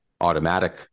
automatic